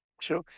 sure